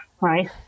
right